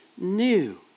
New